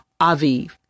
Aviv